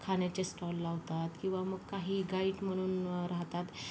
खाण्याचे स्टॉल लावतात किंवा मग काही गाईड म्हणून राहतात